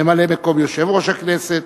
ממלא-מקום יושב-ראש הכנסת,